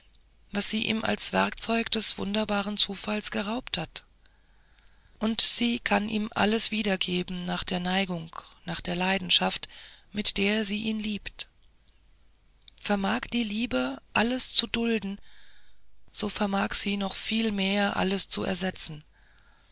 was sie ihm als werkzeug des wunderbarsten zufalls geraubt hat und sie kann ihm alles wiedergeben nach der neigung nach der leidenschaft mit der sie ihn liebt vermag die liebe alles zu dulden so vermag sie noch viel mehr alles zu ersetzen